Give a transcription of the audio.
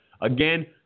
Again